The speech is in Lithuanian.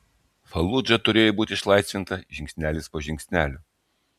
faludža turėjo būti išlaisvinta žingsnelis po žingsnelio